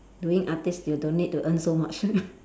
doing artist you don't need to earn so much